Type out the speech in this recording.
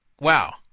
wow